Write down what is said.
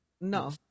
No